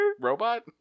Robot